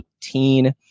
18